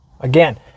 again